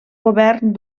govern